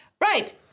Right